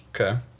Okay